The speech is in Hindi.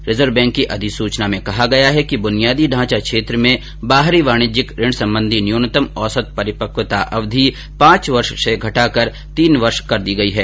रिजर्व बैंक की अधिसूचना में कहा गया है कि ब्नियादी ढांचा क्षेत्र में बाहरी वाणिज्यिक ऋण संबंधी न्यूनतम औसत परिपक्वता अवधि पांच वर्ष से घटाकर तीन वर्ष कर दी गई है